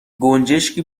گنجشکی